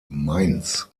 mainz